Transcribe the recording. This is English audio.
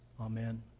Amen